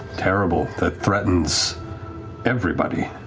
terrible that threatens everybody.